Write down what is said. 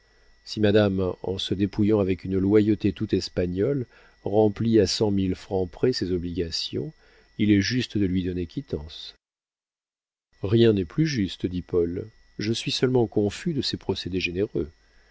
si madame en se dépouillant avec une loyauté tout espagnole remplit à cent mille francs près ses obligations il est juste de lui donner quittance rien n'est plus juste dit paul je suis seulement confus de ces procédés généreux